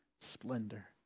splendor